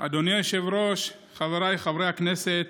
אדוני היושב-ראש, חבריי חברי הכנסת,